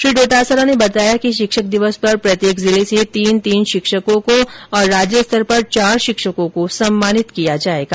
श्री डोटासरा ने बताया कि शिक्षक दिवस पर प्रत्येक जिले से तीन तीन शिक्षकों को तथा राज्य स्तर पर चार शिक्षकों को सम्मानित किया जाएगा